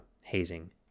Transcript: hazing